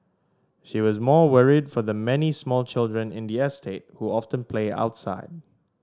she was more worried for the many small children in the estate who often play outside